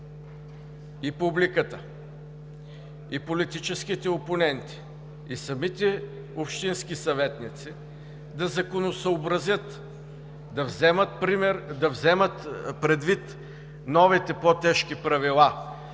и публиката, и политическите опоненти, и самите общински съветници да законосъобразят, да вземат предвид новите по-тежки правила,